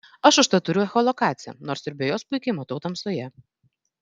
aš užtat turiu echolokaciją nors ir be jos puikiai matau tamsoje